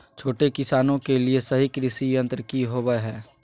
छोटे किसानों के लिए सही कृषि यंत्र कि होवय हैय?